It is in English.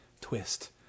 twist